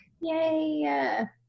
Yay